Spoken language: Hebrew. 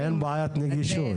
ואין בעיית נגישות גיאוגרפית.